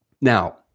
now